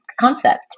concept